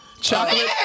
Chocolate